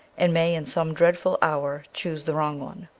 and may in some dreadful hour choose the wrong one.